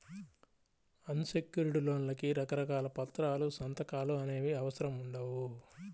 అన్ secured లోన్లకి రకరకాల పత్రాలు, సంతకాలు అనేవి అవసరం ఉండవు